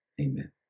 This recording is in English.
Amen